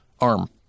arm